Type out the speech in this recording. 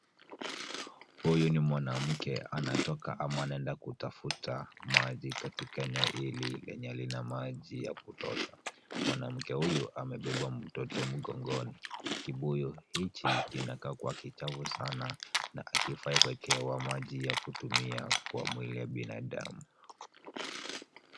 Huyu ni mwanamke anatoka ama anaenda kutafuta maji, katika eneo hili lenye halina maji ya kutosha. Mwanamke huyu amebeba mtoto mgongoni. Kibuyu hiki kinakaa kuwa kichafu sana na hakifai kuwekewa maji ya kutumia kwa mwili ya binadamu.